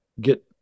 get